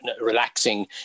relaxing